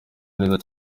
neza